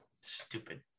stupid